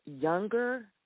younger